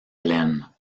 hélène